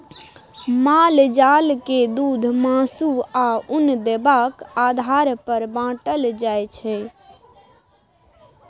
माल जाल के दुध, मासु, आ उन देबाक आधार पर बाँटल जाइ छै